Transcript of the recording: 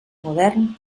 modern